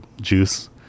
juice